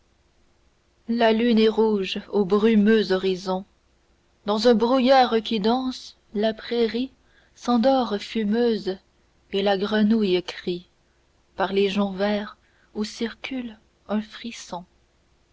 la lune est rouge au brumeux horizon dans un brouillard qui danse la prairie s'endort fumeuse et la grenouille crie par les joncs verts où circule un frisson